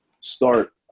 start